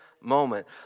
moment